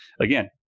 Again